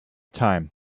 time